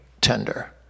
tender